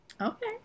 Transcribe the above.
Okay